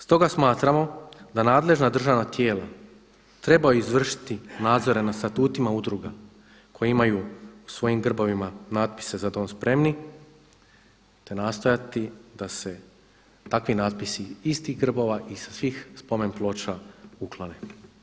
Stoga smatramo da nadležna državna tijela trebaju izvršiti nadzore nad statutima udruga koje imaju u svojim grbovima natpise za dom spremni te nastojati da se takvi natpisi istih grbova i sa svih spomen ploča uklone.